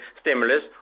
stimulus